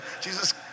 Jesus